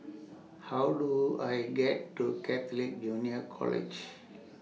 How Do I get to Catholic Junior College